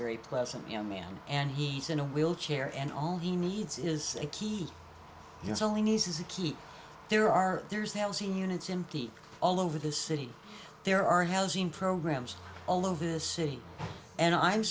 very pleasant young man and he's in a wheelchair and all he needs is a key his only needs is a key there are there's nails in units in deep all over the city there are housing programs all over the city and i'm